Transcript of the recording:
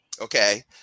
Okay